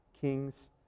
kings